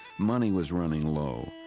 money was running low.